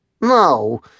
No